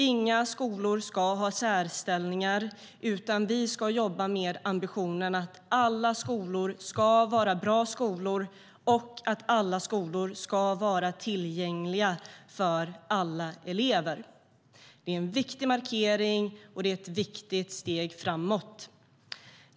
Inga skolor ska ha en särställning, utan vi ska jobba med ambitionen att alla skolor ska vara bra skolor och att alla skolor ska vara tillgängliga för alla elever. Det är en viktig markering, och det är ett viktigt steg framåt.